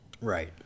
right